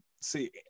see